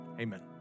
amen